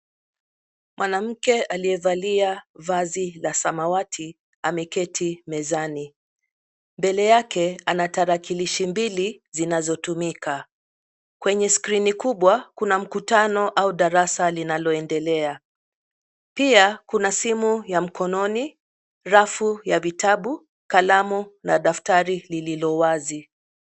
Mwanamke aliyevalia vazi la samawati ameketi mezani. Mbele yake ana tarakilishi mbili zinazotumika. Kwenye skrini kubwa, kuna mkutano au darasa linaloendelea. Pia kuna: simu ya mkononi, rafu ya vitabu, kalamu na daftari lililo wazi.